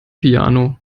piano